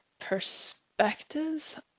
perspectives